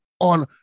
on